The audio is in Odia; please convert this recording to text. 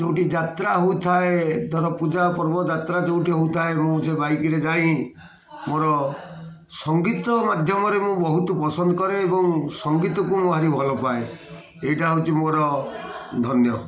ଯେଉଁଠି ଯାତ୍ରା ହଉଥାଏ ଧର ପୂଜା ପର୍ବ ଯାତ୍ରା ଯେଉଁଠି ହଉଥାଏ ମୁଁ ସେ ବାଇକରେ ଯାଇ ମୋର ସଙ୍ଗୀତ ମାଧ୍ୟମରେ ମୁଁ ବହୁତ ପସନ୍ଦ କରେ ଏବଂ ସଙ୍ଗୀତକୁ ମୁଁ ଭାରି ଭଲ ପାଏ ଏଇଟା ହଉଛି ମୋର ଧନ୍ୟ